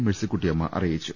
മേഴ്സിക്കുട്ടിയമ്മ അറിയിച്ചു